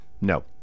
No